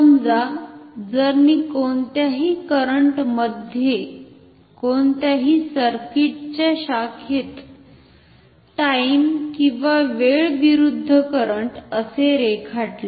समजा जर मी कोणत्याही कंडक्टरमधे कोणत्याही सर्किटच्या शाखेत टाईमवेळ विरुद्ध करंट असे रेखाटले